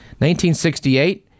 1968